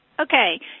okay